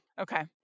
Okay